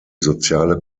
soziale